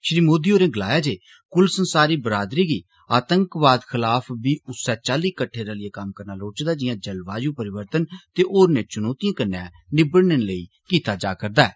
श्री मोदी होरें गलाया जे कुल संसारी बिरादरी गी आतंकवाद खलाफ बी उस्सै चाल्ली कड़े रलियै कम्म करना लोड़चदा जियां जलवायु परिवर्तन ते होरनें चुनौतिए कन्नै निबड़े लेई कीता जा रदा ऐ